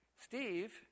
Steve